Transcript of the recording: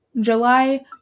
July